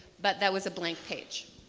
but that was a blank page.